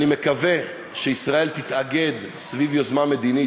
אני מקווה שישראל תתאגד סביב יוזמה מדינית